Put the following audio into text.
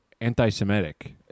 anti-semitic